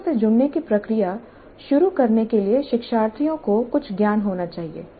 समस्या से जुड़ने की प्रक्रिया शुरू करने के लिए शिक्षार्थियों को कुछ ज्ञान होना चाहिए